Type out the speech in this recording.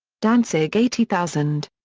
danzig eighty thousand.